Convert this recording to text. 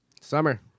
Summer